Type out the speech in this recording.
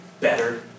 better